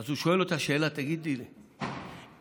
אז הוא שואל אותה שאלה: תגידי, אם